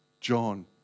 John